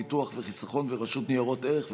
ביטוח וחיסכון ורשות ניירות ערך.